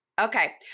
Okay